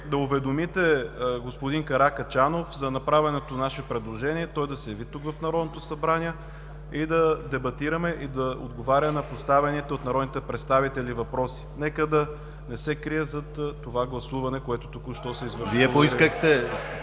да уведомите господин Каракачанов за направеното наше предложение да се яви в Народното събрание да дебатираме и да отговаря на поставените от народните представители въпроси. Нека да не се крие зад гласуването, което току-що се направи.